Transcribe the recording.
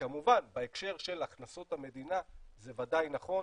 כמובן בהקשר של הכנסות המדינה זה ודאי נכון